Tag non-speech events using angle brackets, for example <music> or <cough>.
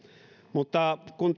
mutta kun <unintelligible>